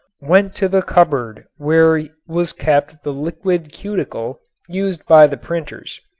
went to the cupboard where was kept the liquid cuticle used by the printers.